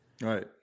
Right